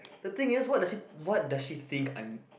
the thing is what does she what does she think I